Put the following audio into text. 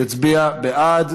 יצביע בעד,